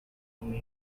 only